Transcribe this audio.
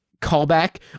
callback